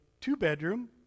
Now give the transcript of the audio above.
two-bedroom